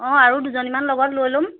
অঁ আৰু দুজনীমান লগত লৈ ল'ম